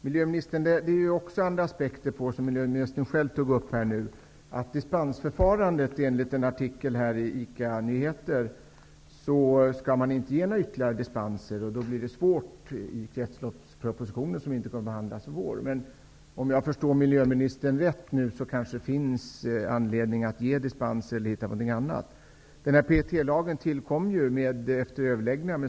Herr talman! Det finns också andra aspekter, som miljöministern själv tog upp. Enligt en artikel i ICA-Nyheter skall man inte ge några ytterligare dispenser från lagen. Då blir det svårt med kretsloppspropositionen, som inte kommer att behandlas i vår. Om jag förstår miljöministern rätt kanske det ändå finns anledning att ge dispenser.